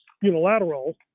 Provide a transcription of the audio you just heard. unilateral